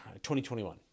2021